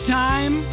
time